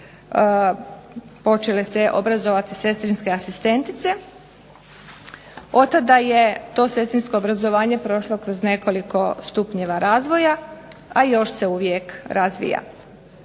počele se obrazovati sestrinske asistentice, od tada je to obrazovanje prošlo kroz nekoliko stupnjeva razvoja a još se uvijek razvija.